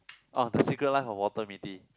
ah the secret life of Walter Mitty